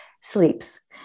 sleeps